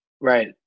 right